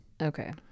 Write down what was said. Okay